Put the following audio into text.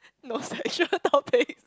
no sexual topic